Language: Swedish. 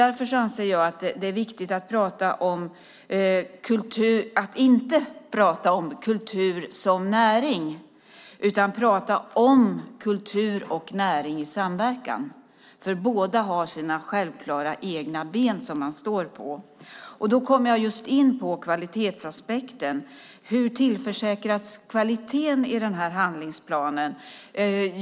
Därför anser jag att det är viktigt att inte prata om kultur som näring utan prata om kultur och näring i samverkan, för båda har sina självklara, egna ben som man står på. Då kommer jag just in på kvalitetsaspekten: Hur tillförsäkras kvaliteten i handlingsplanen?